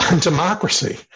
Democracy